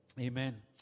Amen